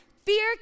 Fear